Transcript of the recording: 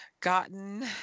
gotten